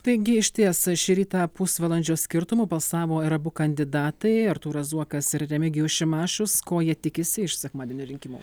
taigi išties šį rytą pusvalandžio skirtumu balsavo ir abu kandidatai artūras zuokas ir remigijus šimašius ko jie tikisi iš sekmadienio rinkimų